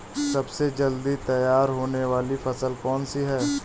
सबसे जल्दी तैयार होने वाली फसल कौन सी है?